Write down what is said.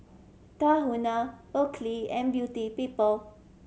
Tahuna Oakley and Beauty People